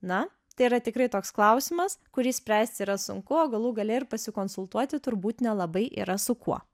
na tai yra tikrai toks klausimas kurį spręst yra sunku o galų gale ir pasikonsultuoti turbūt nelabai yra su kuo